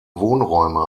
wohnräume